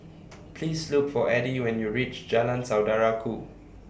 Please Look For Eddie when YOU REACH Jalan Saudara Ku